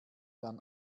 dann